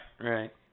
right